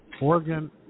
Oregon